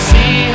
See